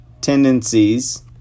tendencies